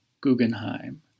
Guggenheim